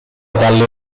dalle